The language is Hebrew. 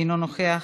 אינו נוכח,